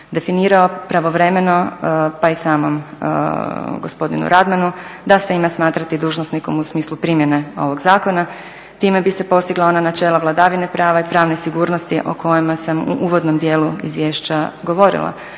definirao pravovremeno pa i samom gospodinu Radmanu da se ima smatrati dužnosnikom u smislu primjene ovog zakona. Time bi se postigla ona načela vladavine prava i pravne sigurnosti o kojima sam u uvodnom dijelu izvješća govorila.